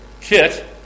kit